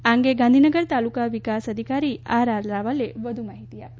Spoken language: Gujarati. આ અંગે ગાંધીનગર તાલુકા વિકાસ અધિકારી આર આર રાવલે વધુ માહિતી આપી